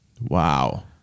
Wow